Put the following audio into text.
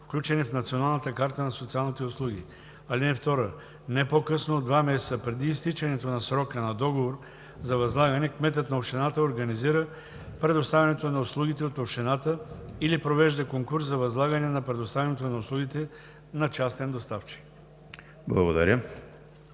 включени в Националната карта на социалните услуги. (2) Не по-късно от два месеца преди изтичането на срока на договор за възлагане кметът на общината организира предоставянето на услугите от общината или провежда конкурс за възлагане на предоставянето на услугите на частен доставчик.“